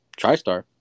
TriStar